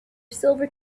silver